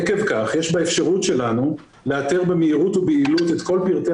עקב כך יש באפשרותנו לאתר במהירות וביעילות את כל פרטי